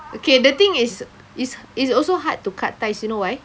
okay the thing is it's it's also hard to cut ties you know why